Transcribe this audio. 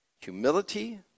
humility